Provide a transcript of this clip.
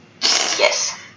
Yes